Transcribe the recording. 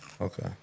Okay